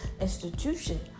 institution